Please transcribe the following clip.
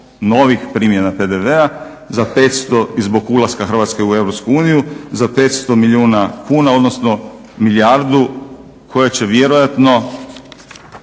novih primjena PDV-a za 500 i zbog ulaska Hrvatske u EU za 500 milijuna kuna, odnosno milijardu koje će vjerojatno